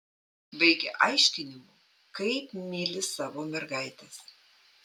baigia aiškinimu kaip myli savo mergaites